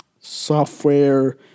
Software